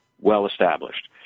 well-established